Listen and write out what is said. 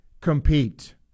compete